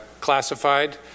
classified